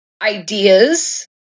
ideas